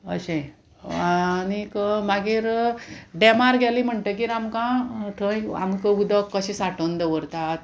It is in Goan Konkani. अशें आनीक मागीर डॅमार गेले म्हणटगीर आमकां थंय आमकां उदक कशें सांठोवन दवरतात